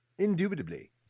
Indubitably